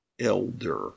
elder